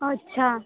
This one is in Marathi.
अच्छा